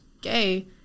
gay